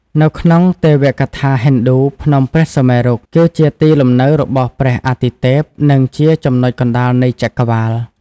នៅក្នុងទេវកថាហិណ្ឌូ ភ្នំព្រះសុមេរុ គឺជាទីលំនៅរបស់ព្រះអាទិទេព និងជាចំណុចកណ្តាលនៃចក្រវាឡ។